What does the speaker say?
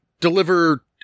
deliver